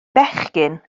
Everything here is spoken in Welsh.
bechgyn